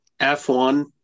F1